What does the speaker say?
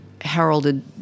heralded